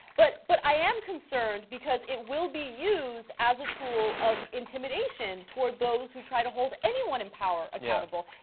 but but i am concerned because it will be used as a tool of intimidation toward those who try to hold anyone in power accountable.